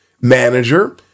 manager